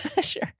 Sure